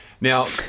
now